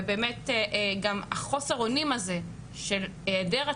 וגם חוסר האונים הזה של העדר התקנון.